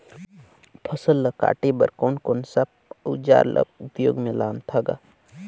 फसल ल काटे बर कौन कौन सा अउजार ल उपयोग में लानथा गा